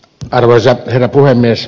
arvoisa herra puhemies